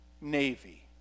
navy